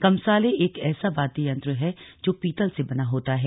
कमसाले एक ऐसा वाद्य यंत्र है जो पीतल से बना होता है